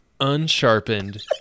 unsharpened